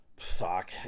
Fuck